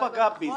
זה לא פגע בי,